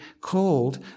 called